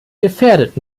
gefährdet